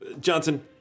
Johnson